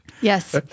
Yes